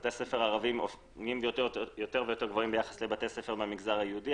בבתי הספר הערבים נהיים יותר גבוהים ביחס לבתי ספר במגזר היהודי,